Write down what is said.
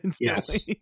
Yes